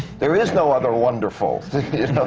there is no other wonderful, do